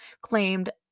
claimed